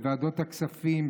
בוועדות הכספים,